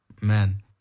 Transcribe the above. Man